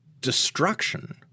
destruction